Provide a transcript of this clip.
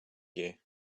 you